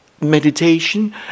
Meditation